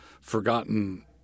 forgotten